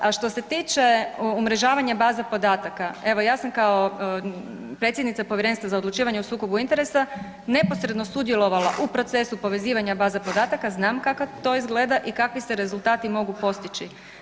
A što se tiče umrežavanja baza podataka, evo ja sam kao predsjednica Povjerenstva za odlučivanje o sukobu interesa neposredno sudjelovala u procesu povezivanja baze podataka, znam kako to izgleda i kakvi se rezultati mogu postići.